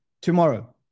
Tomorrow